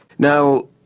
now,